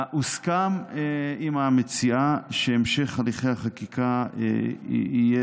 הוסכם עם המציעה שהמשך הליכי החקיקה יהיה